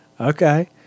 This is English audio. Okay